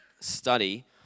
study